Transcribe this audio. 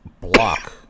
block